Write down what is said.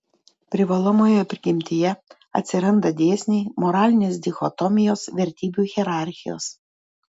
privalomoje prigimtyje atsiranda dėsniai moralinės dichotomijos vertybių hierarchijos